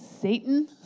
Satan